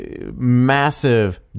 massive